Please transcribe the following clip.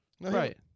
Right